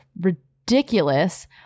ridiculous